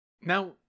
Now